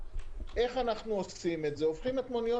איך אנחנו עושים את זה הופכים את מוניות